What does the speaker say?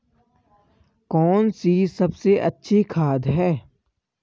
कौन सी सबसे अच्छी खाद है?